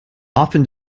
often